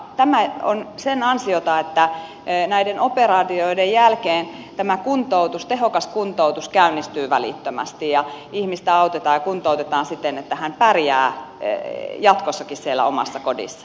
tämä on sen ansiota että näiden operaatioiden jälkeen tehokas kuntoutus käynnistyy välittömästi ja ihmistä autetaan ja kuntoutetaan siten että hän pärjää jatkossakin omassa kodissaan